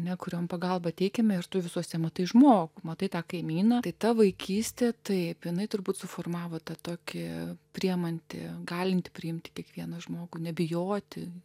ne kurioms pagalbą teikiame ir tu visuose matai žmogų matai tą kaimyną tai ta vaikystė taip jinai turbūt suformavo tą tokie priimanti galinti priimti kiekvieną žmogų nebijoti